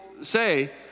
say